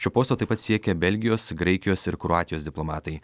šio posto taip pat siekia belgijos graikijos ir kroatijos diplomatai